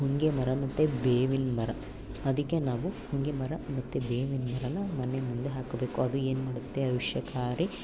ಹೊಂಗೆಮರ ಮತ್ತು ಬೇವಿನಮರ ಅದಕ್ಕೆ ನಾವು ಹೊಂಗೆಮರ ಮತ್ತು ಬೇವಿನಮರವನ್ನ ಮನೆ ಮುಂದೆ ಹಾಕಬೇಕು ಅದು ಏನು ಮಾಡುತ್ತೆ ವಿಷಕಾರಿ